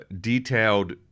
detailed